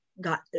got